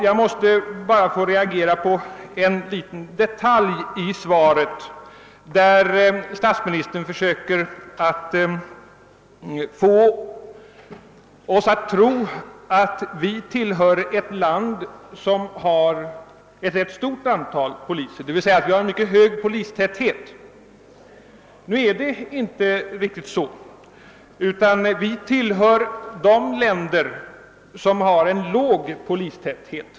Jag måste reagera mot en detalj i svaret, nämligen där statsministern försöker få oss att tro att vårt land har ett rätt stort antal poliser. Det är inte riktigt, utan vi tillhör de länder som har en låg polistäthet.